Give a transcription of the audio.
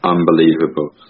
Unbelievable